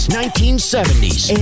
1970s